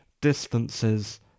distances